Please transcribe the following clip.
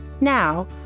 Now